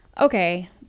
Okay